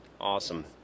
awesome